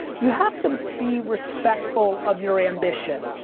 you have to be respectful of your ambition.